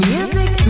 Music